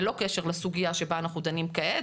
ללא קשר לסוגיה שבה אנחנו דנים כעת,